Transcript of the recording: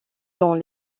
dans